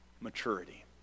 maturity